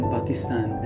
Pakistan